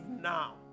now